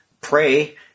pray